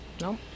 No